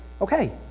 okay